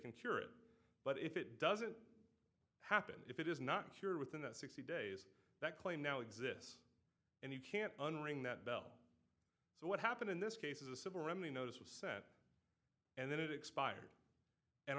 can cure it but if it doesn't happen if it is not cured within that sixty days that claim now exists and you can't unring that bell so what happened in this case is a civil remedy notice was sent and then it expired and